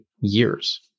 years